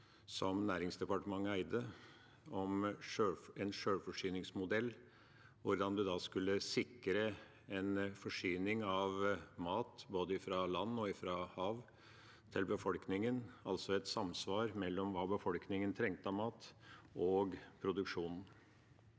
som Næringsdepartementet eide, om en sjølforsyningsmodell, dvs. om hvordan en skulle sikre forsyning av mat, både fra land og fra hav, til befolkningen – altså et samsvar mellom hva befolkningen trengte av mat, og produksjonen.